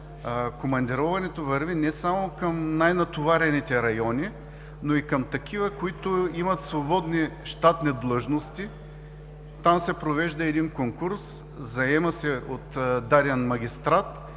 Командироването върви не само към най-натоварените райони, но и към такива, които имат свободни щатни длъжности. Там се провежда един конкурс, заема се от даден магистрат